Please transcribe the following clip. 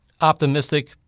Optimistic